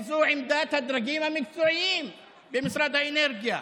וזו עמדת הדרגים המקצועיים במשרד האנרגיה.